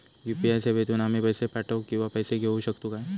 UPI सेवेतून आम्ही पैसे पाठव किंवा पैसे घेऊ शकतू काय?